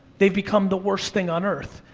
they've become the worst thing on earth.